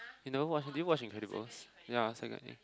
you know what what is Incredible ya so got it